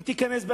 אם תיכנס,